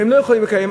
והם לא יכולים לקיים,